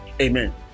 amen